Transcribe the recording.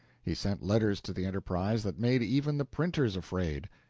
he sent letters to the enterprise that made even the printers afraid.